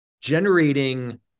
generating